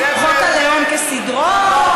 חוק הלאום כסדרו,